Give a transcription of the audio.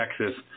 Texas